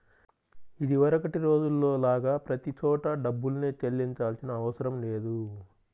ఇదివరకటి రోజుల్లో లాగా ప్రతి చోటా డబ్బుల్నే చెల్లించాల్సిన అవసరం లేదు